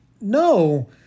No